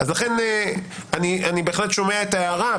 אז לכן אני בהחלט שומע את ההערה,